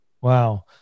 wow